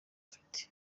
afite